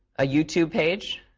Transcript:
a youtube page.